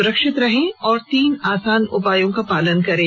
सुरक्षित रहें और तीन आसान उपायों का पालन करें